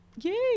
Yay